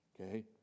okay